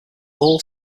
all